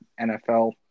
NFL